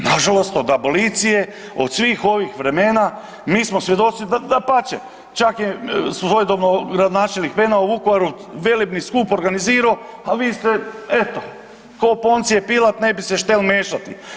Nažalost, od abolicije od svih ovih vremena mi smo svjedoci, dapače čak je svojedobno gradonačelnik Penava u Vukovaru velebni skup organizirao, a vi ste eto ko Poncije Pilat ne bi se štel mešati.